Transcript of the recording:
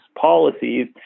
policies